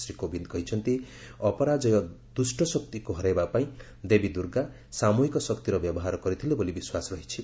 ଶ୍ରୀ କୋବିନ୍ଦ କହିଛନ୍ତି ଅପରାଜେୟ ଦୁଷ୍ଟଶକ୍ତିକୁ ହରାଇବା ପାଇଁ ଦେବୀ ଦୁର୍ଗା ସାମ୍ରହିକ ଶକ୍ତିର ବ୍ୟବହାର କରିଥିଲେ ବୋଲି ବିଶ୍ୱାସ ରହିଛି